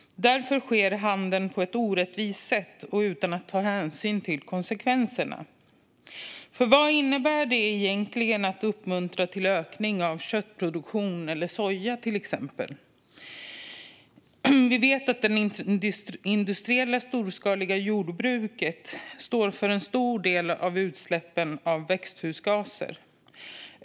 Därför sker handeln på ett orättvist sätt och utan hänsyn till konsekvenserna. För vad innebär det egentligen att uppmuntra till en ökning av till exempel köttproduktion eller soja? Vi vet att det industriella storskaliga jordbruket står för en stor del av utsläppen av växthusgaser.